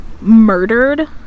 murdered